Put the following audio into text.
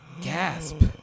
Gasp